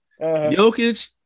Jokic